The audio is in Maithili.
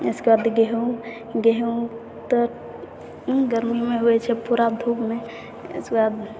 इसके बाद गेंहूँम तऽ गर्मीमे होइत छै पूरा धूपमे इसके बाद